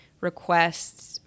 requests